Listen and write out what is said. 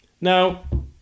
Now